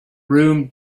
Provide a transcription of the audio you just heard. room